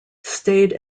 stayed